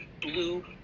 blue